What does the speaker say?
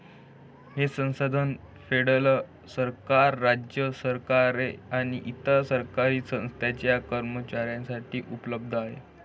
हे संसाधन फेडरल सरकार, राज्य सरकारे आणि इतर सरकारी संस्थांच्या कर्मचाऱ्यांसाठी उपलब्ध आहे